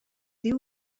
diu